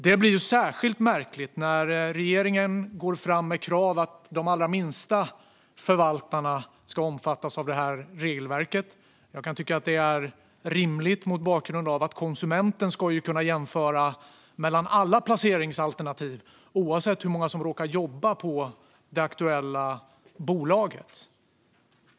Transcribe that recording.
Det blir särskilt märkligt när regeringen går fram med krav på att de allra minsta förvaltarna ska omfattas av detta regelverk. Jag kan tycka att det är rimligt mot bakgrund att konsumenten ska kunna jämföra mellan alla placeringsalternativ oavsett hur många som råkar jobba på det aktuella bolaget.